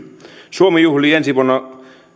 suomi juhlii ensi vuonna